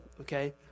okay